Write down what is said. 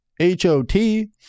H-O-T